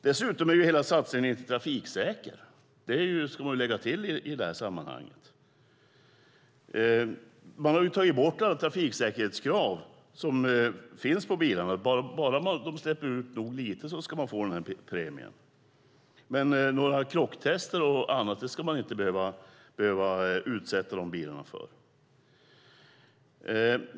Dessutom är hela satsningen inte trafiksäker, ska tilläggas i sammanhanget. Alla trafiksäkerhetskrav på bilarna har ju tagits bort. Bara de släpper ut nog lite ska man få premien, men några krocktester och annat ska bilarna inte behöva utsättas för.